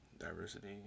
Diversity